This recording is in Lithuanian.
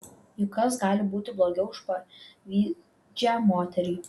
juk kas gali būti blogiau už pavydžią moterį